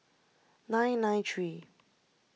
nine nine three